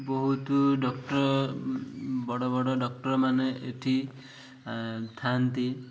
ବହୁତ ଡକ୍ଟର ବଡ଼ ବଡ଼ ଡକ୍ଟରମାନେ ଏଠି ଥାଆନ୍ତି